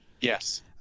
yes